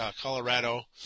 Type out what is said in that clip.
Colorado –